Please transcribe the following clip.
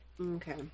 Okay